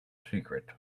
secret